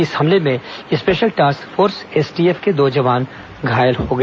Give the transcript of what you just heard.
इस हमले में स्पेशल टास्क फोर्स एसटीएफ के दो जवान घायल हो गए